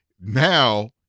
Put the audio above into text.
now